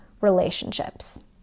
relationships